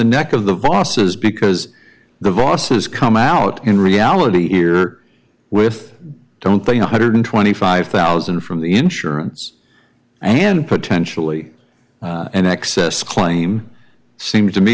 neck of the bosses because the law says come out in reality here with don't they one hundred and twenty five thousand from the insurance and potentially an excess claim seems to me